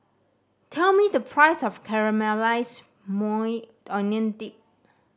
tell me the price of Caramelized Maui Onion Dip